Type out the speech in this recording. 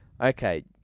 Okay